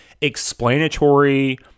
explanatory